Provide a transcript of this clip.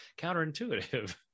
counterintuitive